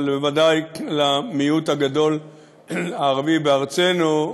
אבל בוודאי למיעוט הגדול הערבי בארצנו,